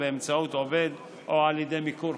באמצעות עובד או על ידי מיקור-חוץ,